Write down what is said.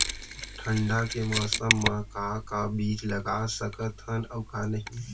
ठंडा के मौसम मा का का बीज लगा सकत हन अऊ का नही?